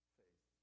faith